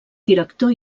director